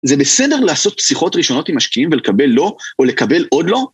זה בסדר לעשות שיחות ראשונות עם משקיעים ולקבל לא, או לקבל עוד לא